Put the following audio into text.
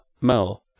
Mel